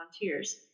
volunteers